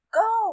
go